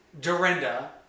Dorinda